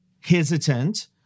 hesitant